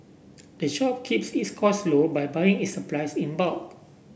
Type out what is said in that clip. the shop keeps its costs low by buying its supplies in bulk